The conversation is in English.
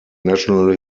national